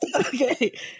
Okay